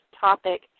topic